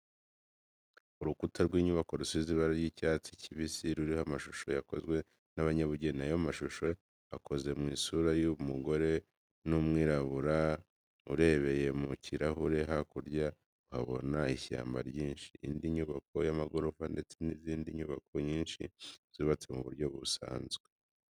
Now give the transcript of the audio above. Urukuta rw'inyubako rusize ibara ry'icyatsi kibisi, ruriho amashusho yakozwe n'abanyabugeni. Ayo mashusho akoze mu isura y'umugore w'umwirabura. Urebeye mu kirahure hakurya uhabona ishyamba ryinshi, indi nyubako y'amagorofa ndetse n'izindi nyubako nyinshi zubatse mu buryo busanzwe.